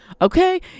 okay